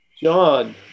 John